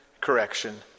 correction